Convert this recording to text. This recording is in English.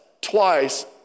twice